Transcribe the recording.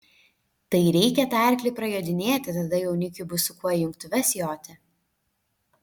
tai reikia tą arklį prajodinėti tada jaunikiui bus kuo į jungtuves joti